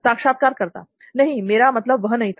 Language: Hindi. साक्षात्कारकर्ता नहीं मेरा वह मतलब नहीं था